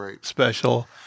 special